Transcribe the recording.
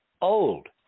old